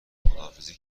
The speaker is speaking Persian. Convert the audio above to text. خداحافظی